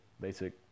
basic